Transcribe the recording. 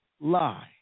lie